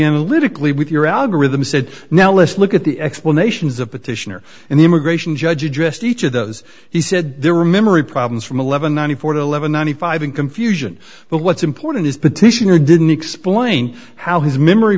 analytically with your algorithm said now let's look at the explanations of petitioner and the immigration judge addressed each of those he said there were memory problems from eleven nine hundred eleven ninety five in confusion but what's important is petitioner didn't explain how his memory